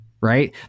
Right